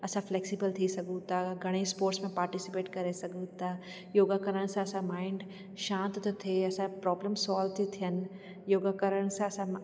असां फ़्लेक्सिबिल थी सघूं था घणई स्पोर्ट्स में पार्टिसिपेट करे सघूं था योगा करण सां असां माइंड शांति थो थिए असां प्रोब्लम सोल्व थियूं थियनि योगा करण सां असां